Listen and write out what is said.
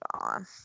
on